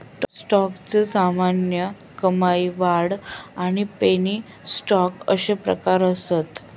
स्टॉकचे सामान्य, कमाई, वाढ आणि पेनी स्टॉक अशे प्रकार असत